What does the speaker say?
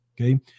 okay